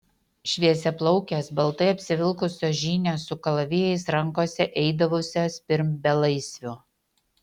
šviesiaplaukės baltai apsivilkusios žynės su kalavijais rankose eidavusios pirm belaisvių